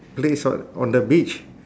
placed on on the beach